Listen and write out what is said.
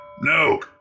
No